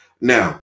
Now